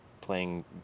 playing